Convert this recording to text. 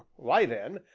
why then,